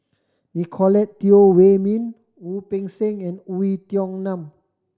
Nicolette Teo Wei Min Wu Peng Seng and Oei Tiong Ham